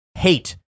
hate